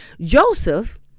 joseph